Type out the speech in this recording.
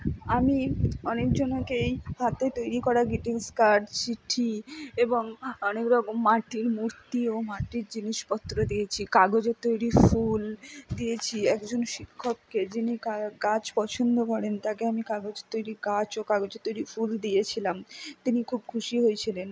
আমি অনেকজনকেই হাতে তৈরি করা গ্রিটিংস কার্ড চিঠি এবং অনেক রকম মাটির মূর্তি ও মাটির জিনিসপত্র দিয়েছি কাগজের তৈরি ফুল দিয়েছি একজন শিক্ষককে যিনি গাছ পছন্দ করেন তাকে আমি কাগজের তৈরি গাছ ও কাগজের তৈরি ফুল দিয়েছিলাম তিনি খুব খুশি হয়েছিলেন